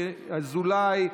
ינון אזולאי,